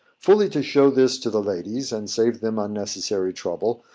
fully to show this to the ladies, and save them unnecessary trouble,